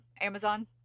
Amazon